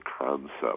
concept